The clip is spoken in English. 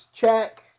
check